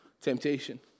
temptation